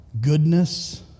goodness